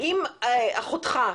אחותך,